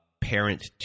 parent